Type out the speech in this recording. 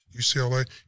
UCLA